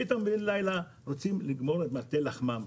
פתאום בין-לילה רוצים לגמור את מטה לחמם.